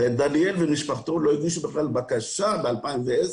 הרי דניאל ומשפחתו בכלל לא הגישו בקשה באלפיים ועשר.